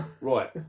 right